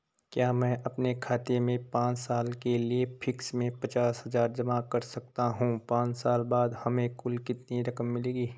क्या मैं अपने खाते में पांच साल के लिए फिक्स में पचास हज़ार जमा कर सकता हूँ पांच साल बाद हमें कुल कितनी रकम मिलेगी?